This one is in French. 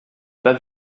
pas